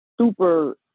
super